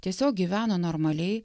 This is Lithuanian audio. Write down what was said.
tiesiog gyveno normaliai